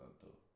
Santo